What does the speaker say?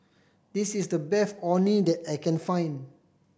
this is the best Orh Nee that I can find